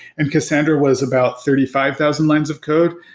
and cassandra was about thirty five thousand lines of code.